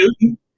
Newton